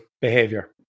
behavior